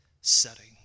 setting